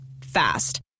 Fast